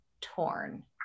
torn